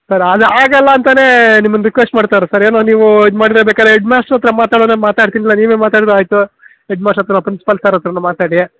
sir ಅದ್ ಆಗಲ್ಲ ಅಂತನೇ ನಿಮ್ಮನ್ ರಿಕ್ವೆಸ್ಟ್ ಮಾಡ್ತ ಇರೋದ್ ಸರ್ ಏನೊ ನೀವೂ ಇದ್ ಮಾಡ್ಲೆ ಬೇಕಾರೆ ಎಡ್ ಮಾಸ್ಟ್ರ್ ಅತ್ರ ಮಾತಾಡು ಅಂದ್ರೆ ಮಾತಾಡ್ತಿನ್ ಇಲ್ಲ ನೀವೆ ಮಾತಾಡಿದ್ರು ಆಯ್ತು ಹೆಡ್ ಮಾಸ್ಟ್ರ್ ಅತ್ರನೋ ಪ್ರಿನ್ಸ್ಪಾಲ್ ಸರ್ ಅತ್ರನೋ ಮಾತಾಡಿ